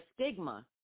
stigma